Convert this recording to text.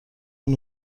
اون